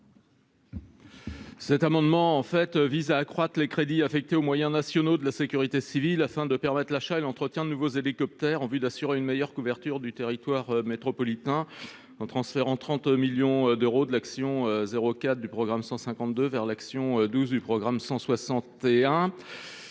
Cet amendement vise à augmenter les crédits affectés aux moyens nationaux de la sécurité civile, afin de permettre l'achat et l'entretien de nouveaux hélicoptères en vue d'assurer une meilleure couverture du territoire métropolitain, en transférant 30 millions d'euros de l'action n° 04 du programme 152 vers l'action n° 12 du programme 161.